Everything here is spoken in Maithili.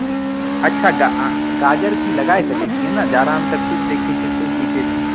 अच्छा गाजर की लगाए सकैत छियै ने जाड़ामे तऽ खूब देखैत छियै खूब बिकैत छै